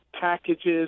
packages